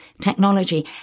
technology